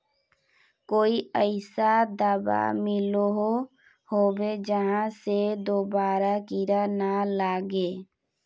कोई ऐसा दाबा मिलोहो होबे जहा से दोबारा कीड़ा ना लागे?